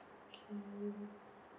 okay